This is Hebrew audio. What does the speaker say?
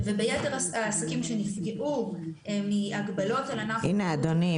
וביתר העסקים שנפגעו מהגבלות על ענף התיירות --- הנה אדוני,